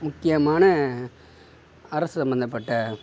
முக்கியமான அரசு சம்பந்தப்பட்ட